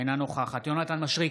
אינה נוכחת יונתן מישרקי,